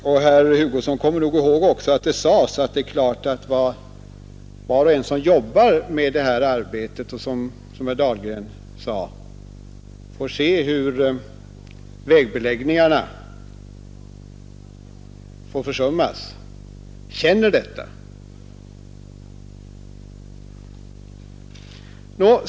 Och herr Hugosson kommer nog också ihåg att det sades, att var och en som gör det här arbetet och — som herr Dahlgren sade — får se hur vägbeläggningarna försummas verkligen känner detta.